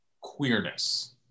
queerness